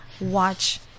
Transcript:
watch